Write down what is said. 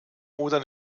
oder